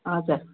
हजुर